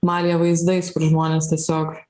malyje vaizdais kur žmonės tiesiog